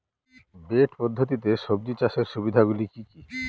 Bed পদ্ধতিতে সবজি চাষের সুবিধাগুলি কি কি?